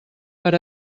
per